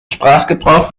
sprachgebrauch